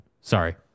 Sorry